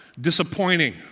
disappointing